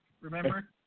Remember